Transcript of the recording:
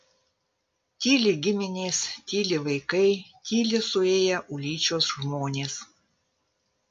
tyli giminės tyli vaikai tyli suėję ulyčios žmonės